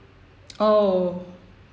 oh